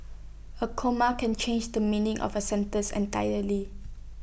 A comma can change the meaning of A sentence entirely